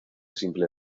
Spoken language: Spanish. simple